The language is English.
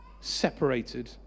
separated